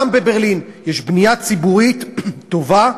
גם בברלין יש בנייה ציבורית טובה,